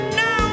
no